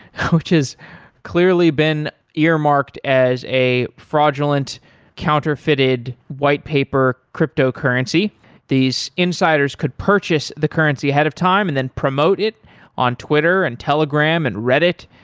which is clearly been earmarked as a fraudulent counterfeited whitepaper cryptocurrency these insiders could purchase the currency ahead of time and then promote it on twitter and telegram and reddit.